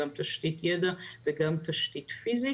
גם תשתית יידע וגם תשתית פיזית.